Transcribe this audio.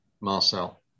marcel